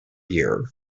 year